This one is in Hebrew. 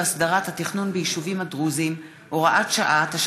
לתיקון פקודת העיריות (הוראת שעה) (תיקון מס' 4),